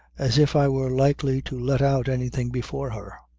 as if i were likely to let out anything before her!